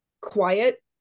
quiet